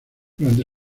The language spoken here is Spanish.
durante